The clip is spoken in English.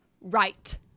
right